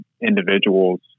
individuals